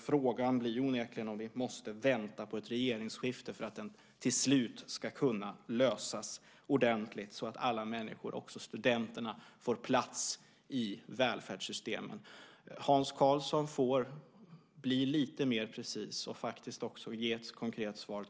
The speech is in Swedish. Frågan blir onekligen om vi måste vänta på ett regeringsskifte för att den till slut ska kunna lösas ordentligt så att alla människor, också studenterna, får plats i välfärdssystemen. Hans Karlsson får bli lite mer precis och faktiskt också ge ett konkret svar.